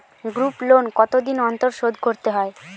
Group loan কতদিন অন্তর শোধকরতে হয়?